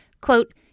quote